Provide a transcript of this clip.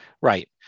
Right